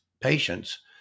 patients